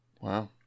wow